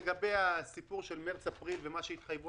לגבי מרץ ואפריל ומה שהתחייבו,